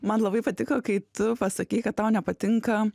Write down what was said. man labai patiko kai tu pasakei kad tau nepatinka